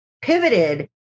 pivoted